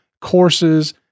courses